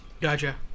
Gotcha